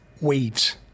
waves